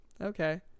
Okay